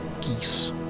Geese